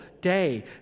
day